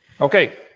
Okay